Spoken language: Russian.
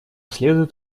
следует